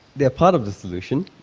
they are part of the solution.